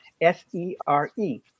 S-E-R-E